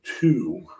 two